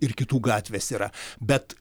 ir kitų gatvės yra bet